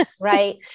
Right